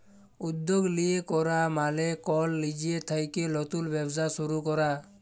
উদ্যগ লিয়ে ক্যরা মালে কল লিজে থ্যাইকে লতুল ব্যবসা শুরু ক্যরা